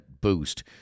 boost